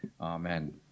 Amen